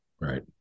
Right